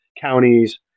counties